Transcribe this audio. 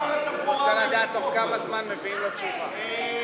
רוצה לדעת בתוך כמה זמן מביאים לו תשובה.